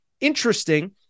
interesting